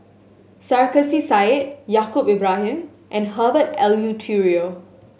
Sarkasi Said Yaacob Ibrahim and Herbert Eleuterio